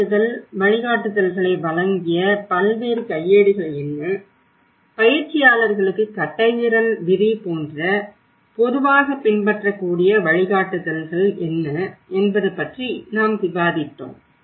வழிகாட்டுதல் வழிகாட்டுதல்களை வழங்கிய பல்வேறு கையேடுகள் என்ன பயிற்சியாளர்களுக்கு கட்டைவிரல் விதி போன்ற பொதுவாக பின்பற்றக்கூடிய வழிகாட்டுதல்கள் என்ன என்பது பற்றி நாம் விவாதித்தோம்